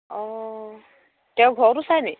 অঁ তেওঁ ঘৰতো চাই নেকি